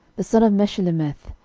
the son of meshillemith,